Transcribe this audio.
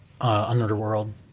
underworld